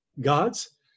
God's